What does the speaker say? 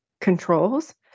controls